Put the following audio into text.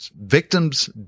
Victims